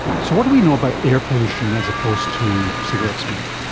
so what do we know about air pollution as opposed to cigarette smoke?